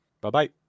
Bye-bye